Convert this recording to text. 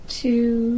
two